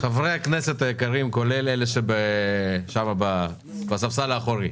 חברי הכנסת היקרים, כולל אלה שבספסל האחורי,